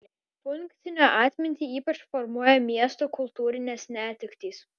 funkcinę atmintį ypač formuoja miesto kultūrinės netektys